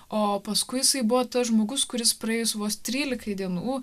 o paskui jisai buvo tas žmogus kuris praėjus vos trylikai dienų